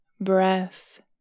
breath